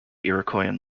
iroquoian